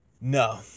no